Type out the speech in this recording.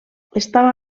estava